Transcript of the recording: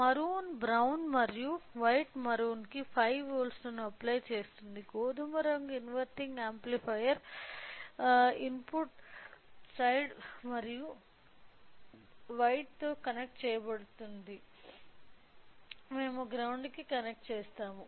maroon brown మరియు white మెరూన్కు 5 వోల్ట్లను అప్లై చేస్తుంది గోధుమ రంగు ఇన్వెర్టింగ్ యాంప్లిఫైయర్ ఇన్పుట్ సైడ్ మరియు వైట్తో కనెక్ట్ చెయ్యబడుతుంది మేము గ్రౌండ్ కి కనెక్ట్ చేస్తాము